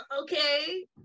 okay